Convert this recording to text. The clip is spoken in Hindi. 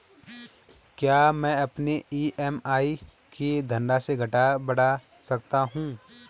क्या मैं अपनी ई.एम.आई की धनराशि घटा बढ़ा सकता हूँ?